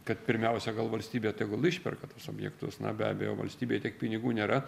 kad pirmiausia gal valstybė tegul išperka tuos objektus na be abejo valstybėj tiek pinigų nėra